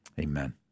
Amen